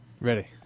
Ready